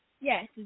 Yes